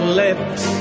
lips